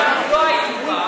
לא היינו בה,